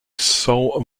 sol